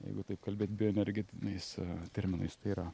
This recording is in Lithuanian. jeigu taip kalbėt bioenergetiniais terminais tai yra